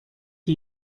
are